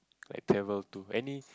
like travel to any